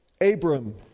Abram